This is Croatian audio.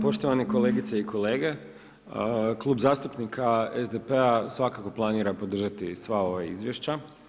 Poštovani kolegice i kolege, Klub zastupnika SDP-a svakako planira podržati sva ova izvješća.